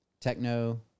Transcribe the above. techno